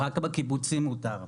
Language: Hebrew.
רק בקיבוצים מותר.